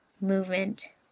movement